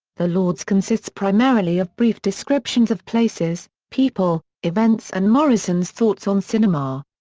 the lords consists primarily of brief descriptions of places, people, events and morrison's thoughts on cinema.